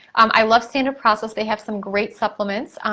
i love standard process, they have some great supplements.